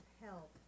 help